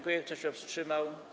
Kto się wstrzymał?